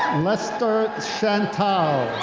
lester chantal.